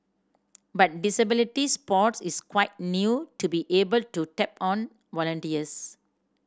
but disability sports is quite new to be able to tap on volunteers